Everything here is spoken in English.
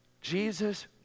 Jesus